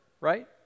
right